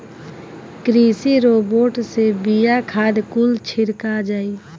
कृषि रोबोट से बिया, खाद कुल छिड़का जाई